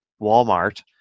Walmart